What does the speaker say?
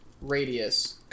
radius